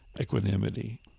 equanimity